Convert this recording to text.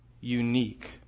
unique